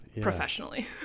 professionally